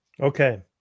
Okay